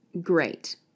Great